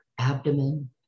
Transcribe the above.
abdomen